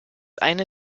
eine